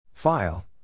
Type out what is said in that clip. File